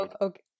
Okay